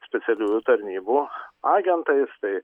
specialiųjų tarnybų agentais tai